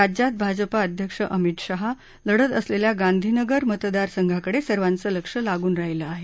राज्यात भाजपा अध्यक्ष अमित शहा लढत असलेल्या गांधीनगर मतदार संघाकडे सर्वाचं लक्ष लागून राहिलं आहे